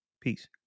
Peace